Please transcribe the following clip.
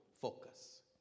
focus